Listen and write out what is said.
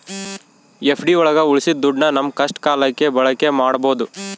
FD ಒಳಗ ಉಳ್ಸಿದ ದುಡ್ಡನ್ನ ನಮ್ ಕಷ್ಟ ಕಾಲಕ್ಕೆ ಬಳಕೆ ಮಾಡ್ಬೋದು